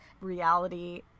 reality